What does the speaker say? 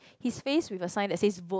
his face with a sign that says vote